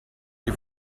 des